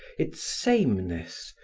its sameness,